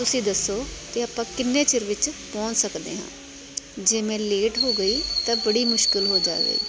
ਤੁਸੀਂ ਦੱਸੋ ਕਿ ਆਪਾਂ ਕਿੰਨੇ ਚਿਰ ਵਿੱਚ ਪਹੁੰਚ ਸਕਦੇ ਹਾਂ ਜੇ ਮੈਂ ਲੇਟ ਹੋ ਗਈ ਤਾਂ ਬੜੀ ਮੁਸ਼ਕਲ ਹੋ ਜਾਵੇਗੀ